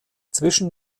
zwischen